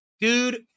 Dude